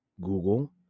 Google